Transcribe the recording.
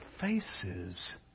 faces